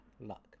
luck